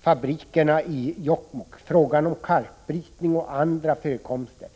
fabrikerna i Jokkmokk, kalkbrytningen och brytningen av andra förekomster.